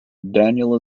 daniel